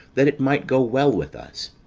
that it might go well with us.